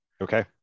Okay